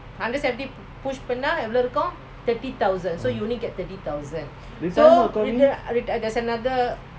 retirement money